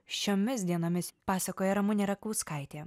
šiomis dienomis pasakoja ramunė rakauskaitė